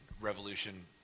Revolution